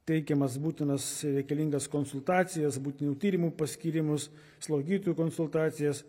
teikiamas būtinas reikalingas konsultacijas būtinų tyrimų paskyrimus slaugytojų konsultacijas